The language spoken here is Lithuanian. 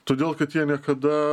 todėl kad jie niekada